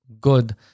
good